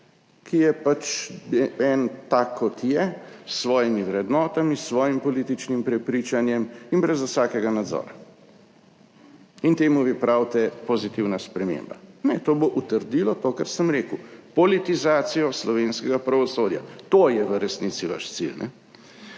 ki je pač en tak, kot je, s svojimi vrednotami, s svojim političnim prepričanjem in brez vsakega nadzora. In temu vi pravite pozitivna sprememba. Ne, to bo utrdilo to, kar sem rekel, politizacijo slovenskega pravosodja. To je v resnici vaš cilj.